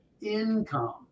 income